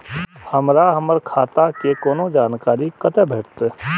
हमरा हमर खाता के कोनो जानकारी कतै भेटतै?